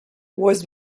voiced